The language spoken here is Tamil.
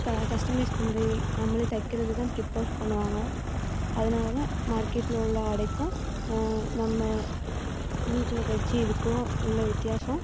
க கஸ்டமைஸ் பண்ணி நம்மளே தைக்கிறது தான் ப்ரிப்பர்ஸ் பண்ணுவாங்க அதனால தான் மார்க்கெட்டில் உள்ள ஆடைக்கும் நம்ம வீட்டில் தச்சு இதுக்கும் உள்ளே வித்தியாசம்